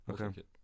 okay